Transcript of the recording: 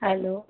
hello